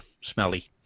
smelly